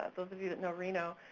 those of you that know reno,